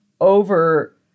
over